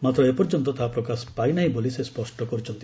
ମାତ୍ର ଏପର୍ଯ୍ୟନ୍ତ ତାହା ପ୍ରକାଶ ପାଇନାହିଁ ବୋଲି ସେ ସ୍ୱଷ୍ଟ କରିଛନ୍ତି